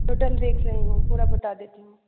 total देख रही हूँ पूरा बता देती हूँ